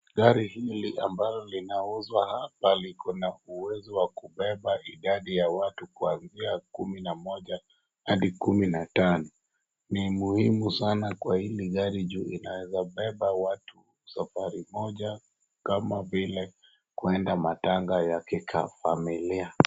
Gari hili ambalo linauzwa hapa liko na uwezo wa kubeba idadi ya watu kuanzia kumi na moja hadi kumi na tano. Ni muhimu sana kwa hili gari juu inaweza beba watu safari moja kama vile kwenda matanga ya kifamilia.